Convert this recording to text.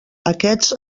aquests